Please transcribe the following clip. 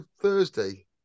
Thursday